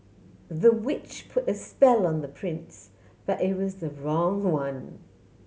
the witch put a spell on the prince but it was the wrong one